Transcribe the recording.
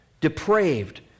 depraved